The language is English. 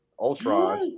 Ultron